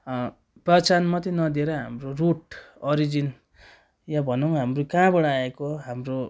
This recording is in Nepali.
पहिचान मात्रै नदिएर हाम्रो रुट अरिजिन या भनौँ हामी कहाँबाट आएको हो हाम्रो